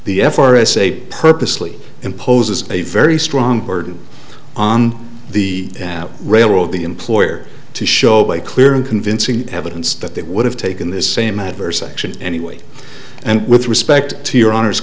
the f r s a purposely imposes a very strong burden on the railroad the employer to show by clear and convincing evidence that they would have taken this same adverse action anyway and with respect to your honor